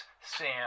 Sam